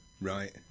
Right